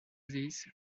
these